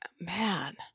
man